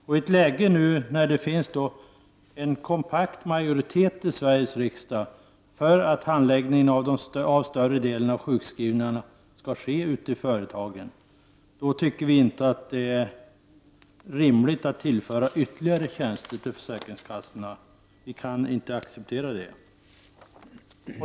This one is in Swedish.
I ett läge när det finns en kompakt majoritet i Sveriges riksdag för att handläggning av den större delen av sjukskrivningarna skall ske ute i företagen tycker vi inte att det är rimligt att tillföra ytterligare tjänster till försäkringskassorna. Vi kan inte acceptera det.